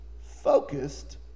focused